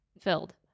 filled